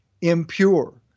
impure